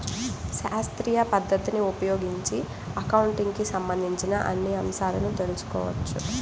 శాస్త్రీయ పద్ధతిని ఉపయోగించి అకౌంటింగ్ కి సంబంధించిన అన్ని అంశాలను తెల్సుకోవచ్చు